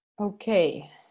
Okay